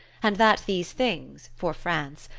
and that these things, for france,